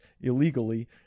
illegally